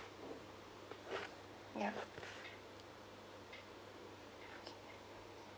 yup okay